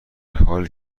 حالی